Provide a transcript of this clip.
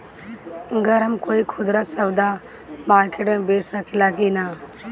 गर हम कोई खुदरा सवदा मारकेट मे बेच सखेला कि न?